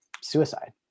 suicide